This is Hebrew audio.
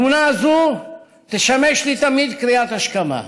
התמונה הזו תשמש לי תמיד קריאת השכמה.